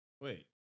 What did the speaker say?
wait